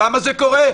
למה זה קורה?